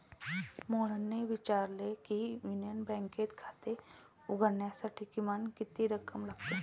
मोहनने विचारले की युनियन बँकेत खाते उघडण्यासाठी किमान किती रक्कम लागते?